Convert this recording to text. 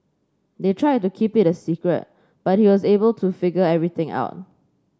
they tried to keep it a secret but he was able to figure everything out